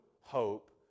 hope